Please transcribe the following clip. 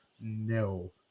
No